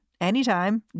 anytime